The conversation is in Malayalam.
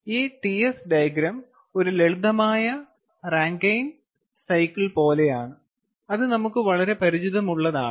ഈ Ts ഡയഗ്രം ഒരു ലളിതമായ റാങ്കിൻ സൈക്കിൾ പോലെയാണ് അത് നമുക്ക് വളരെ പരിചിതമുള്ളതാണ്